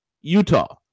Utah